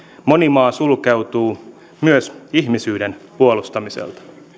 moni maa sulkeutuu myös ihmisyyden puolustamiselta